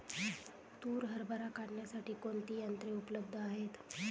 तूर हरभरा काढण्यासाठी कोणती यंत्रे उपलब्ध आहेत?